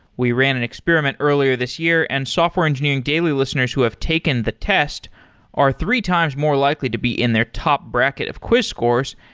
we ran an experiment earlier this year and software engineering daily listeners who have taken the test are three times more likely to be in their top bracket of quiz scores.